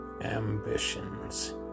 ambitions